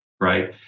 right